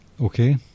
Okay